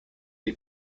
dei